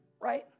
right